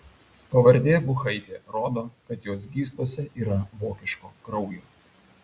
pavardė buchaitė rodo kad jos gyslose yra vokiško kraujo